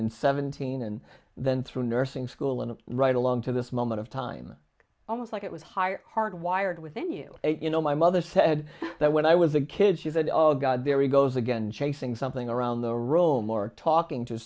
and seventeen and then through nursing school and right along to this moment of time almost like it was higher hardwired within you you know my mother said that when i was a kid she said oh god there he goes again chasing something around the room or talking to